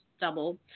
double